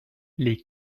les